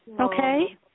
okay